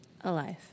Alive